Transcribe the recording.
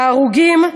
ההרוגים,